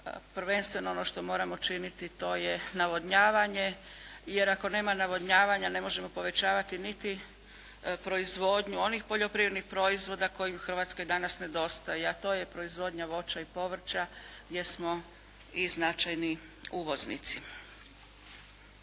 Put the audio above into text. prvenstveno ono što moramo činiti to je navodnjavanje jer ako nema navodnjavanja ne možemo povećavati niti proizvodnju onih poljoprivrednih proizvoda koji u Hrvatskoj danas nedostaju, a to je proizvodnja voća i povrća, jer smo i značajni uvoznici.